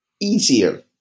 easier